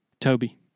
Toby